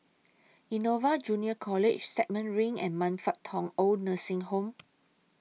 Innova Junior College Stagmont Ring and Man Fut Tong Oid Nursing Home